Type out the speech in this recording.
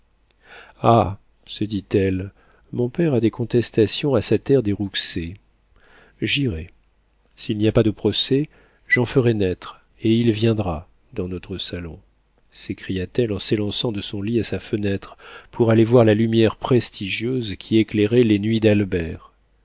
ah se dit-elle mon père a des contestations à sa terre des rouxey j'irai s'il n'y a pas de procès j'en ferai naître et il viendra dans notre salon s'écria-t-elle en s'élançant de son lit à sa fenêtre pour aller voir la lumière prestigieuse qui éclairait les nuits d'albert